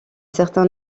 certain